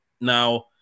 Now